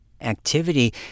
activity